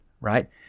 right